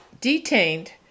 detained